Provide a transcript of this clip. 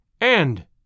And